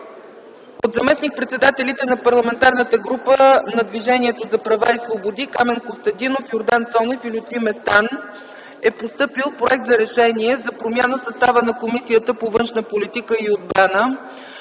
От заместник-председателите на Парламентарната група на Движението за права и свободи Камен Костадинов, Йордан Цонев и Лютви Местан е постъпил проект за решение за промяна състава на Комисията по външна политика и отбрана,